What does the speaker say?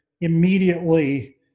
immediately